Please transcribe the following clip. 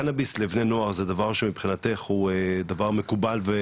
קנאביס לבני נוער הוא דבר שמבחינתך הוא דבר מקובל?